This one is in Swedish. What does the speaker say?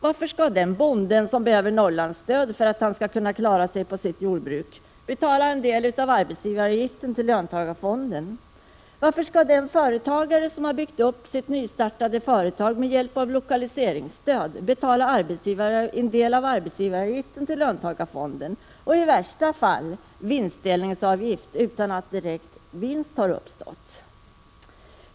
Varför skall den bonde som behöver Norrlandsstöd för att han skall kunna klara sig på sitt jordbruk betala en del av arbetsgivaravgiften till löntagarfonden? Varför skall den företagare som byggt upp sitt nystartade företag med hjälp av lokaliseringsstöd betala en del av arbetsgivaravgiften till löntagarfonden och i värsta fall vinstdelningsavgift utan att direkt vinst uppstår?